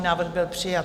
Návrh byl přijat.